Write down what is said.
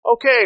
Okay